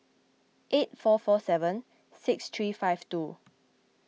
eight four four seven six three five two